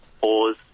pause